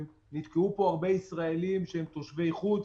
נתקעו פה הרבה ישראלים, שהם תושבי חוץ.